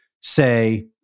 say